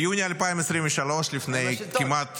ביוני 2023 לפני כמעט